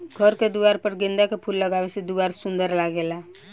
घर के दुआर पर गेंदा के फूल लगावे से दुआर सुंदर लागेला